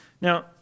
Now